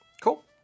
Cool